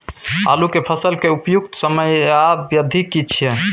आलू के फसल के उपयुक्त समयावधि की छै?